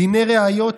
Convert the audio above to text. דיני ראיות,